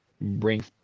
bring